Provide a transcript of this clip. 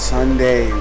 Sunday